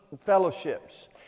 fellowships